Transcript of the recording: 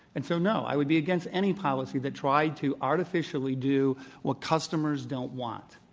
and so, no. i would be against any policy that tried to artificially do what customers don't want.